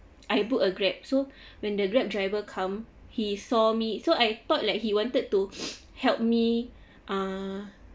I book a grab so when the grab driver come he saw me so I thought like he wanted to help me uh